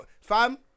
Fam